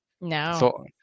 No